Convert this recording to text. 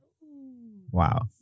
Wow